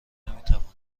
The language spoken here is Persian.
نمیتوانید